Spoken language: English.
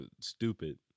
stupid